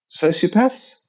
sociopaths